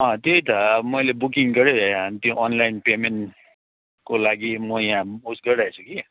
त्यही त मैले बुकिङ गरेँ अनि त्यो अनलाइन पेमेन्टको लागि म यहाँ उसो गरिराखेको छु कि